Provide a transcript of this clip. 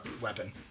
weapon